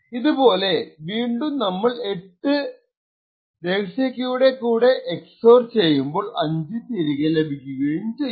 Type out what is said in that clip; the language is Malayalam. ഇതുപോലെ വീണ്ടും നമ്മൾ 8 രഹസ്യ കീയുടെ കൂടെ എക്സ് ഓർ ചെയ്യുമ്പോൾ 5 തിരികെ ലഭിക്കും